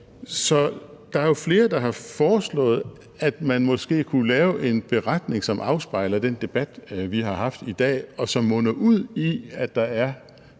Så der er jo flere, der har foreslået, at man måske kunne lave en beretning, som afspejler den debat, vi har haft i dag, og som munder ud i, at der er